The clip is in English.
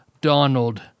Donald